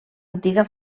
antiga